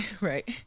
Right